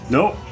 Nope